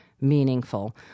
meaningful